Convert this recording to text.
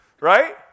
right